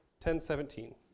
1017